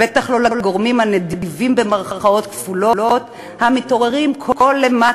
בטח לא לגורמים ה"נדיבים" המתעוררים כל אימת